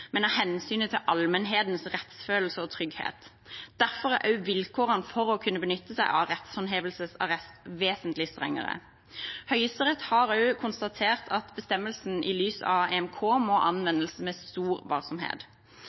men av hensyn til allmennhetens rettsfølelse og trygghet. Derfor er også vilkårene for å kunne benytte seg av rettshåndhevelsesarrest vesentlig strengere. Høyesterett har også konstatert at bestemmelsen i lys av EMK, Den europeiske menneskerettskonvensjon, må anvendes med stor varsomhet.